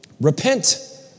Repent